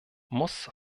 muss